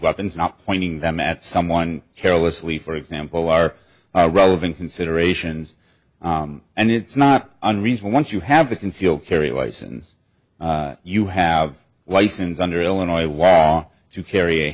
weapons not pointing them at someone carelessly for example are relevant considerations and it's not unreasonable once you have a concealed carry license you have license under illinois law to carry a